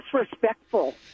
disrespectful